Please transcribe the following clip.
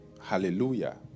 Hallelujah